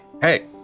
Hey